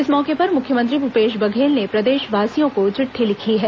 इस मौके पर मुख्यमंत्री भूपेश बघेल ने प्रदेशवासियों को चिट्ठी लिखी है